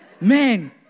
man